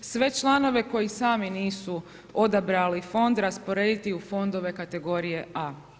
Sve članove koji sami nisu odabirali fond, rasporediti u fondove kategorije A.